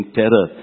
terror